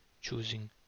choosing